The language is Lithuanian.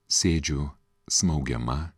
sėdžiu smaugiama